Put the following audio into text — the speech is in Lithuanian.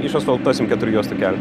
išasfaltuosim keturių juostų kelią